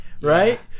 right